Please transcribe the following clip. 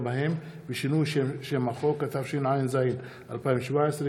התשע"ז 2017,